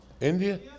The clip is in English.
India